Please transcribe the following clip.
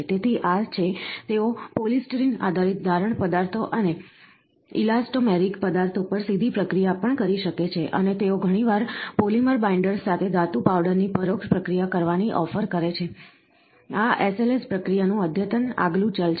તેથી આ છે તેઓ પોલિસ્ટરીન આધારિત ઢારણ પદાર્થો અને ઇલાસ્ટોમેરિક પદાર્થો પર સીધી પ્રક્રિયા પણ કરી શકે છે અને તેઓ ઘણીવાર પોલિમર બાઈન્ડર્સ સાથે ધાતુ પાવડરની પરોક્ષ પ્રક્રિયા કરવાની ઓફર કરે છે આ SLS પ્રક્રિયાનું અદ્યતન આગલું ચલ છે